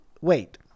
Wait